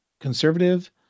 conservative